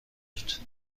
بود